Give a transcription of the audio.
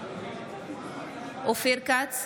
אינו נוכח ישראל כץ, אינו נוכח רון כץ,